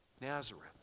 Nazareth